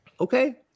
okay